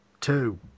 two